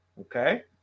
okay